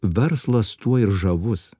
verslas tuo ir žavus